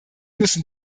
müssen